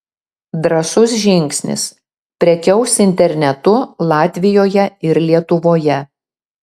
drąsus žingsnis prekiaus internetu latvijoje ir lietuvoje